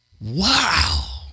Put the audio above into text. Wow